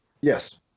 Yes